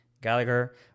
Gallagher